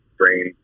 brain